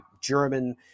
German